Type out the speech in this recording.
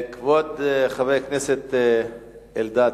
כבוד חבר הכנסת אלדד,